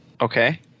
Okay